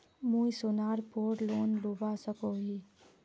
मुई सोनार पोर लोन लुबा सकोहो ही?